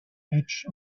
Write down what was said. edge